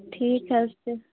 ٹھیٖک حظ چھُ